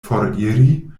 foriri